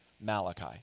Malachi